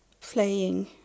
playing